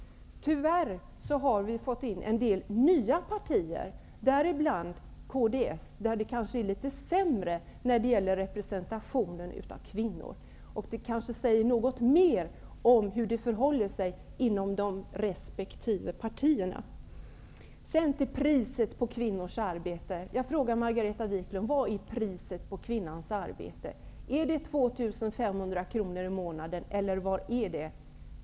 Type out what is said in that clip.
Tyvärr har vi fått in en del nya partier, däribland Kds, där det kanske är litet sämre med representationen av kvinnor. Det kanske säger något mer om hur det förhåller sig inom respektive partier. Sedan kommer jag till priset på kvinnors arbete. Jag frågar Margareta Viklund: Vad är priset på kvinnors arbete? Är det 2 500 kronor i månaden eller vad är det?